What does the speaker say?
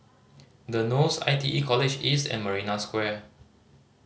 The Knolls I T E College East and Marina Square